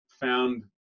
found